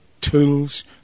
tools